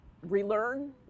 relearn